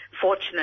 fortunate